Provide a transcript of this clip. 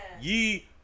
ye